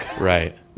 Right